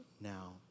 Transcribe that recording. now